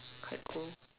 quite cool